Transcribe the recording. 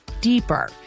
deeper